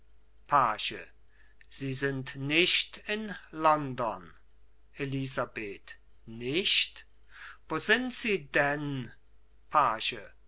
page sie sind nicht in london elisabeth nicht wo sind sie denn page